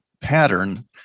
pattern